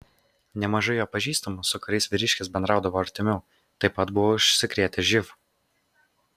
nemažai jo pažįstamų su kuriais vyriškis bendraudavo artimiau taip pat buvo užsikrėtę živ